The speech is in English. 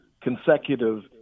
consecutive